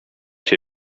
cię